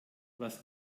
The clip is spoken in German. was